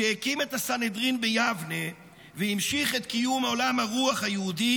שהקים את הסנהדרין ביבנה והמשיך את קיום עולם הרוח היהודי,